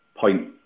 point